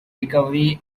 recovery